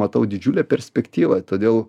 matau didžiulę perspektyvą todėl